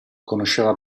conosceva